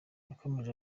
yakomeje